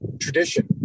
tradition